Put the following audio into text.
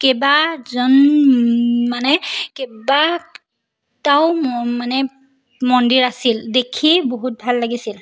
কেইবাজন মানে কেইবাটাও মানে মন্দিৰ আছিল দেখি বহুত ভাল লাগিছিল